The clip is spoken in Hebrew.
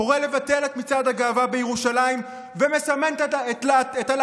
קורא לבטל את מצעד הגאווה בירושלים ומסמן את הלהט"בים,